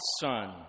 Son